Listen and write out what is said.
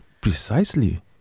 Precisely